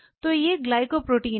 तो ये ग्लाइकोप्रोटीन हैं